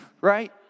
Right